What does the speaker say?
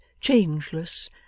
changeless